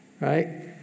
Right